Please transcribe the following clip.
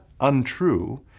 untrue